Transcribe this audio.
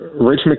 Rich